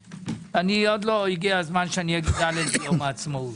עוד לא הגיע הזמן שאגיד הלל ביום העצמאות.